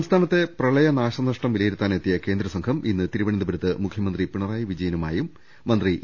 സംസ്ഥാനത്തെ പ്രളയ നാശനഷ്ടം വിലയിരുത്താനെത്തിയ കേന്ദ്ര സംഘം ഇന്ന് തിരുവനന്തപുരത്ത് മുഖ്യമന്ത്രി പിണറായി വിജയ നുമായും മന്ത്രി ഇ